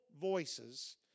voices